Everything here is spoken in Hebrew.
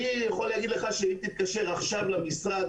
אני יכול להגיד לך שאם תתקשר עכשיו למשרד,